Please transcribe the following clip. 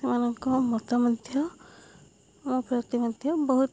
ସେମାନଙ୍କ ମତ ମଧ୍ୟ ମୋ ପ୍ରତି ମଧ୍ୟ ବହୁତ